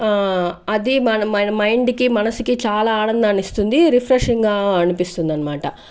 అది మన మన మైండ్కి మనసుకి చాలా ఆనందాన్నిస్తుంది రిప్ఫ్రెషింగ్ అనిపిస్తుందనిమాట